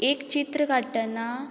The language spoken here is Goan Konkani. एक चित्र काडटना